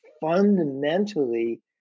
fundamentally